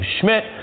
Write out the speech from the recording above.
Schmidt